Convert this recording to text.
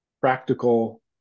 practical